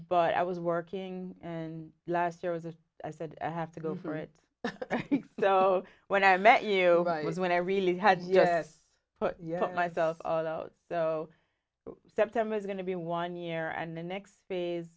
but i was working and last year was there i said i have to go for it so when i met you it was when i really had yes put myself out so september is going to be one year and the next phase